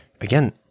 again